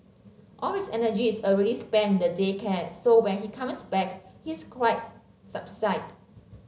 all his energy is already spent in the day care so when he comes back he is quite subdued